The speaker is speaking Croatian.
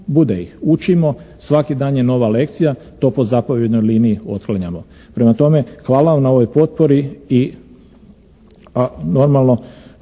bude ih, učimo, svaki dan je nova lekcija, to po zapovjednoj liniji otklanjamo. Prema tome, hvala vam na ovoj potpori, a normalno